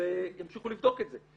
ושימשיכו לבדוק את זה.